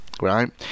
Right